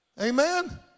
Amen